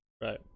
Right